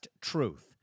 Truth